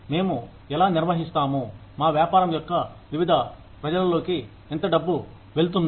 మేము ఎలా నిర్వహిస్తాము మా వ్యాపారం యొక్క వివిధ ప్రజలలోకి ఎంత డబ్బు వెళ్తుంది